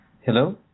Hello